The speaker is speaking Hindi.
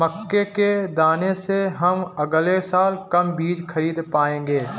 मक्के के दाने से हम अगले साल कम बीज खरीद पाएंगे